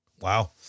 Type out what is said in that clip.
Wow